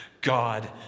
God